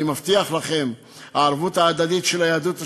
אני מבטיח לכם, הערבות ההדדית של היהדות השורשית,